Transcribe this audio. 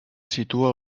situa